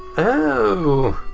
oh!